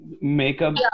makeup